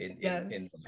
Yes